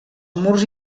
murs